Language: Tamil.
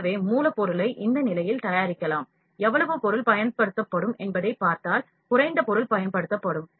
எனவே மூலப்பொருளை இந்த நிலையில் தயாரிக்கலாம் எவ்வளவு பொருள் பயன்படுத்தப்படும் என்பதைப் பார்த்தால் குறைந்த பொருள் பயன்படுத்தப்படும்